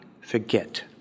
forget